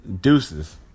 Deuces